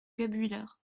guebwiller